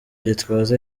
gitwaza